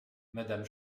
madame